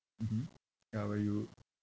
mmhmm ya where you